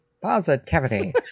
positivity